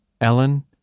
Ellen